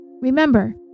Remember